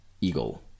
Eagle